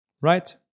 right